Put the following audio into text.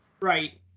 Right